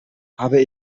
habe